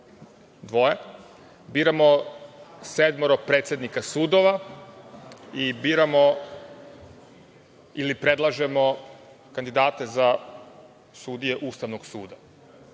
dvoje, biramo sedmoro predsednika sudova i biramo ili predlažemo kandidate za sudije Ustavnog suda.